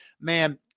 Man